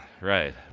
Right